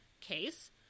case